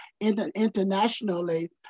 internationally